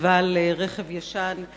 לבעל רכב ישן),